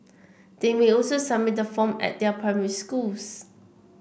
they may also submit the form at their primary schools